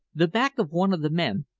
the back of one of the men,